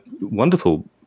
wonderful